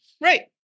right